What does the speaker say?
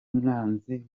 mwanzi